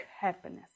happiness